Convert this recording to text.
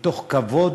מתוך כבוד,